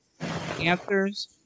answers